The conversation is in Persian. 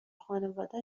خانواده